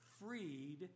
freed